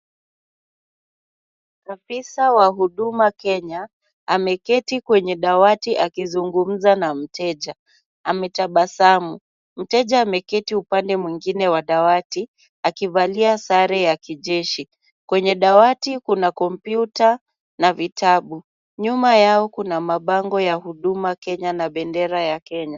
Afisa wa Huduma Kenya ameketi kwenye dawati akizungumza na mteja, ametabasamu, mteja ameketi upande mwingine wa dawati akivalia sare ya kijeshi, kwenye dawati kuna kompyuta na vitabu, nyuma yao kuna mabango ya Huduma Kenya na bendera ya Kenya.